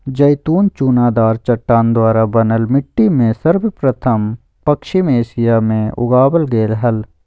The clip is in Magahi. जैतून चुनादार चट्टान द्वारा बनल मिट्टी में सर्वप्रथम पश्चिम एशिया मे उगावल गेल हल